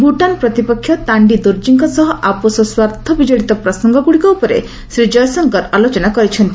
ଭୁଟାନ୍ ପ୍ରତିପକ୍ଷ ତାଣ୍ଡି ଦୋର୍ଜିଙ୍କ ସହ ଆପୋଷ ସ୍ୱାର୍ଥ ବିଜଡ଼ିତ ପ୍ରସଙ୍ଗଗ୍ରଡ଼ିକ ଉପରେ ଶ୍ରୀ କୟଶଙ୍କର ଆଲୋଚନା କରିଥିଲେ